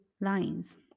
lines